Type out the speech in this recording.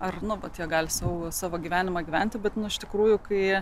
ar nuo pat jo gali saugo savo gyvenimą gyventi bet nuo iš tikrųjų kai